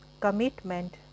commitment